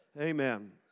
Amen